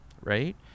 right